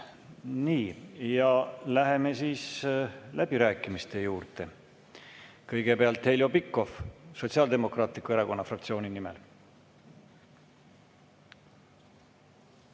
ei ole. Läheme läbirääkimiste juurde. Kõigepealt Heljo Pikhof Sotsiaaldemokraatliku Erakonna fraktsiooni nimel.